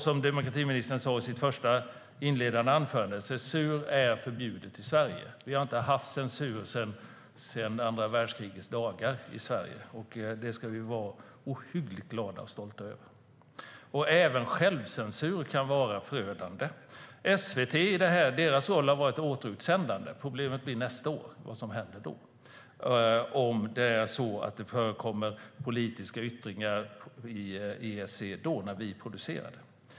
Som demokratiministern sa i sitt första anförande är censur förbjuden i Sverige. Vi har inte haft censur sedan andra världskrigets dagar i Sverige, och det ska vi vara ohyggligt glada och stolta över. Även självcensur kan vara förödande. SVT:s roll har varit återutsändande. Problemet är vad som händer nästa år om det förekommer politiska yttringar i ESC när vi ska producera det.